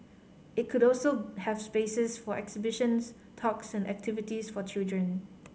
it could also have spaces for exhibitions talks and activities for children